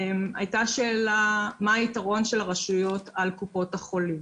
הייתה שאלה מה היתרון של הרשויות על קופות החולים.